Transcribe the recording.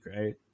right